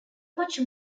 much